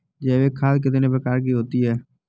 जैविक खाद कितने प्रकार की होती हैं?